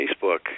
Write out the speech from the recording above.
Facebook